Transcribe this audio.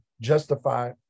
justify